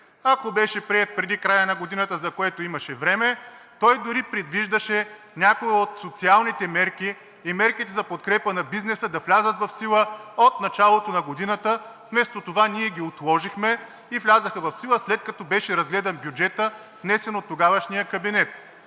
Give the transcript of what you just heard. Ако беше приет преди края на годината, за което имаше време, той дори предвиждаше някои от социалните мерки и мерките за подкрепа на бизнеса да влязат в сила от началото на годината. Вместо това ние ги отложихме и влязоха в сила, след като беше разгледан бюджетът, внесен от тогавашния кабинет.